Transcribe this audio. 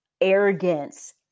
arrogance